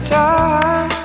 time